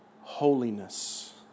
holiness